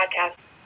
podcast